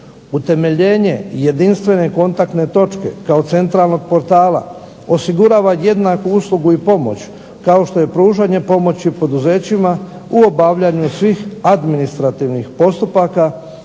utemeljenje jedinstvene kontaktne točke kao centralnog portala osigurava jednaku uslugu i pomoć kao što je pružanje pomoći poduzećima u obavljanju svih administrativnih postupaka